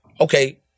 Okay